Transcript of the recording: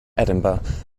edinburgh